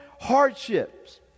hardships